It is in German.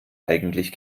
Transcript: eigentlich